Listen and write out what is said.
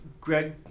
Greg